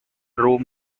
room